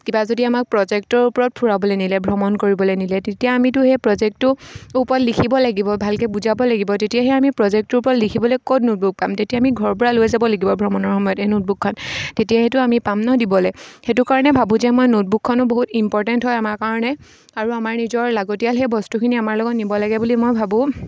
কিবা যদি আমাক প্ৰজেক্টৰ ওপৰত ফুৰাবলৈ নিলে ভ্ৰমণ কৰিবলৈ নিলে তেতিয়া আমিতো সেই প্ৰজেক্টটোৰ ওপৰত লিখিব লাগিব ভালকৈ বুজাব লাগিব তেতিয়াহে আমি প্ৰজেক্টৰ ওপৰত লিখিবলৈ ক'ত নোটবুক পাম তেতিয়া আমি ঘৰৰ পৰা লৈ যাব লাগিব ভ্ৰমণৰ সময়ত এই নোটবুকখন তেতিয়া সেইটো আমি পাম ন দিবলৈ সেইটো কাৰণে ভাবোঁ যে মই ন'টবুকখনো বহুত ইম্পৰ্টেণ্ট হয় আমাৰ কাৰণে আৰু আমাৰ নিজৰ লাগতিয়াল সেই বস্তুখিনি আমাৰ লগত নিব লাগে বুলি মই ভাবোঁ